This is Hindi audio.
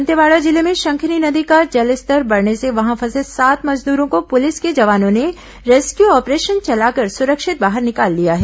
दंतेवाड़ा जिले में शंखिनी नदी का जलस्तर बढ़ने से वहां फंसे सात मजदूरों को पुलिस के जवानों ने रेस्क्यू ऑपरेशन चलाकर सुरक्षित बाहर निकाल लिया है